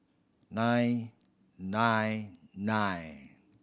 nine nine nine